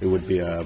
it would be a